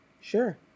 Sure